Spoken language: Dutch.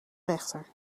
rechter